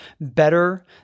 better